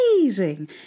amazing